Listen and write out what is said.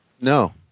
no